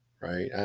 right